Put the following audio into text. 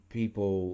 people